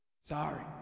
Sorry